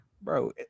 bro